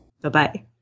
Bye-bye